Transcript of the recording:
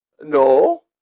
No